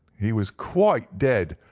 he was quite dead,